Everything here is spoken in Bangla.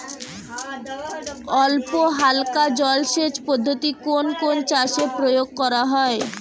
অল্পহালকা জলসেচ পদ্ধতি কোন কোন চাষে প্রয়োগ করা হয়?